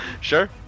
Sure